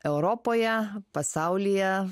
europoje pasaulyje